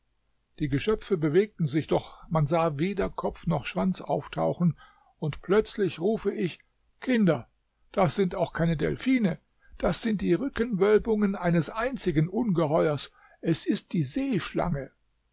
die geschöpfe bewegten sich doch man sah weder kopf noch schwanz auftauchen und plötzlich rufe ich kinder das sind auch keine delphine das sind die rückenwölbungen eines einzigen ungeheuers es ist die seeschlange